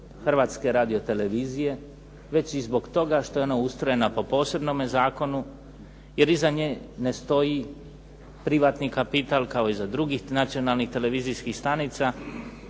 Hrvatske radiotelevizije već i zbog toga što je ona ustrojena po posebnome zakonu, jer iza nje ne stoji privatni kapital, kao iza drugih nacionalnih televizijskih stanica